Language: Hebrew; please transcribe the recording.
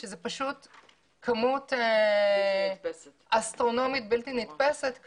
זו כמות אסטרונומית בלתי נתפסת,